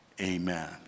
amen